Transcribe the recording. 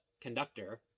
conductor